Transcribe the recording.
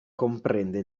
comprende